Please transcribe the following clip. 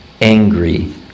angry